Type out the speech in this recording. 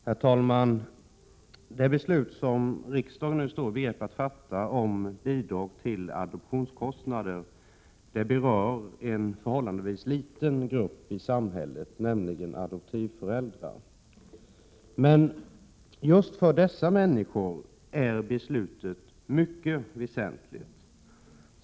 Herr talman! Det beslut om bidrag till adoptionskostnader som riksdagen nu står beredd att fatta berör en förhållandevis liten grupp i samhället, nämligen adoptivföräldrarna. Just för dessa människor är beslutet dock mycket väsentligt.